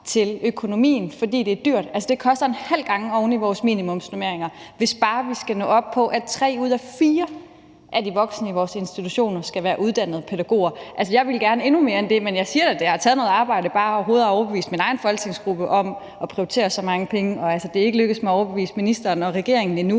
til økonomien, fordi det er dyrt. Det koster en halv gang oven i vores minimumsnormeringer, hvis bare vi skal nå op på, at tre ud af fire af de voksne i vores institutioner skal være uddannede pædagoger. Jeg vil gerne endnu mere end det, men jeg siger da, at det har taget noget arbejde bare overhovedet at overbevise min egen folketingsgruppe om at prioritere så mange penge, og det er ikke lykkedes mig at overbevise ministeren og regeringen endnu.